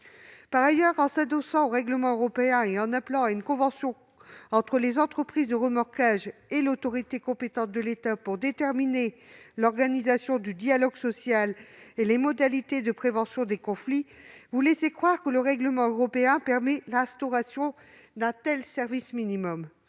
Par ailleurs, en s'adossant au règlement européen, et en appelant à une convention entre les entreprises de remorquage et l'autorité compétente de l'État pour déterminer l'organisation du dialogue social et les modalités de prévention des conflits, vous laissez croire que le règlement européen permet l'instauration d'un tel service minimum.